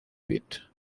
bit